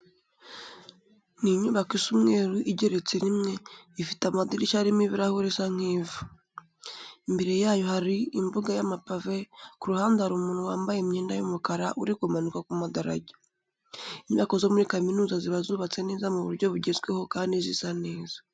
Ni inyubako isa umweru igeretse rimwe, ifite amadirishya arimo ibirahure sa nk'ivu. Imbere yayo hari umbuga y'amapave, ku ruhande hari umuntu wambaye imyenda y'umukara uri kumanuka ku madarajya. Inyubako zo muri kaminuza ziba zubatse neza mu buryo bugezweho kandi zisa neza.